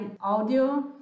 audio